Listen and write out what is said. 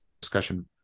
discussion